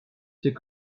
c’est